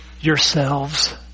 yourselves